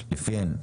לפיהן,